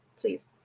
please